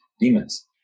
demons